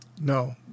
No